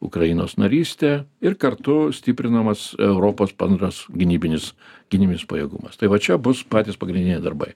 ukrainos narystė ir kartu stiprinamas europos bendras gynybinis gynybinis pajėgumas tai va čia bus patys pagrindiniai darbai